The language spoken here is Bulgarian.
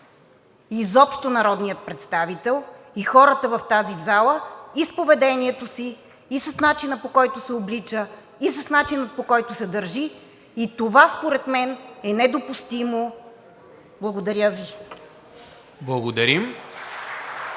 изобщо народния представител и хората в тази зала и с поведението си, и с начина, по който се облича, и с начина, по който се държи, и това според мен е недопустимо. Благодаря Ви. ПРЕДСЕДАТЕЛ